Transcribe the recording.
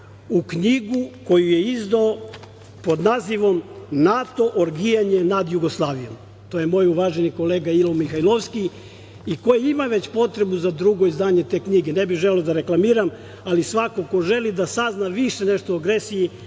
u knjigu koju je izdao pod nazivom „NATO - orgijanje nad Jugoslavijom“. To je moj uvaženi kolega Ilo Mihajlovski i koji ima već potrebu za drugo izdanje te knjige. Ne bih želeo da je reklamiram, ali svako ko želi da sazna više nešto o agresiji